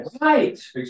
Right